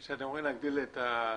כאשר אתם אומרים להגדיל את התוקף,